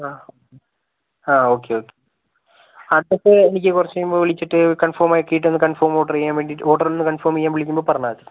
ആ okay okay address എനിക്ക് കുറച്ചുകഴിയുമ്പോൾ വിളിച്ചിട്ട് കൺഫേമാക്കിയിട്ട് ഒന്നു കൺഫേം ഓർഡർ ചെയ്യാൻ വേണ്ടിട്ട് ഓർഡറൊന്നു കൺഫേം ചെയ്യാൻ വിളിക്കുമ്പോൾ പറഞ്ഞാൽ മതി